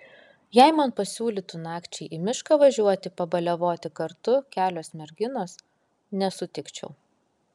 jei man pasiūlytų nakčiai į mišką važiuoti pabaliavoti kartu kelios merginos nesutikčiau